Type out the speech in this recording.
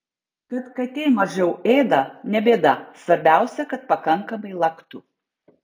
kad katė mažiau ėda ne bėda svarbiausia kad pakankamai laktų